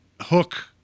hook